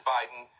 Biden